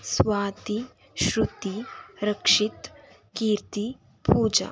Swati Shruthi Rakshith Keerthi Pooja